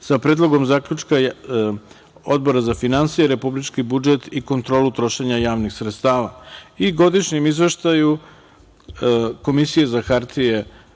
sa predlogom zaključka Odbora za finansije, republički budžet i kontrolu trošenja javnih sredstava i Godišnjem izveštaju Komisije za hartije